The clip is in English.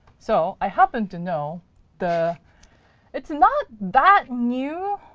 so i happened to know the it's not that new,